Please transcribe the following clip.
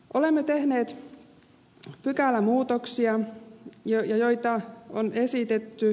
olemme tehneet pykälämuutoksia joita on esitetty